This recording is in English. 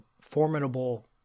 formidable